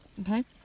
Okay